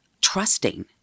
trusting